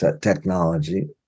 technology